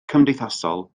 cymdeithasol